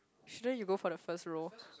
shouldn't you go for the first row